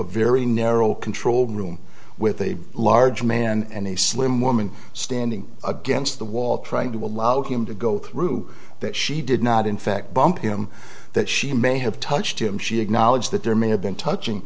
a very narrow controlled room with a large man and a slim woman standing against the wall trying to allow him to go through that she did not in fact bump him that she may have touched him she acknowledged that there may have been touching